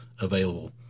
available